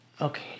Okay